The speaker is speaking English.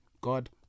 god